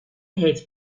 heeft